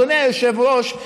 אדוני היושב-ראש,